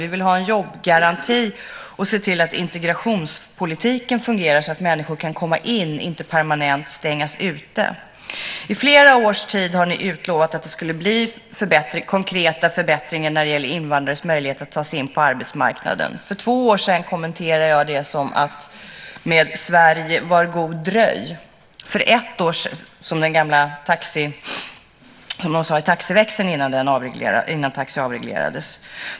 Vi vill ha en jobbgaranti och se till att integrationspolitiken fungerar så att människor kan komma in, inte permanent stängas ute. I flera års tid har ni utlovat att det skulle bli konkreta förbättringar när det gäller invandrares möjlighet att ta sig in på arbetsmarknaden. För två år sedan kommenterade jag det som: Sverige, var god dröj! Det var som man sade i taxiväxeln innan taxi avreglerades.